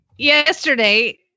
Yesterday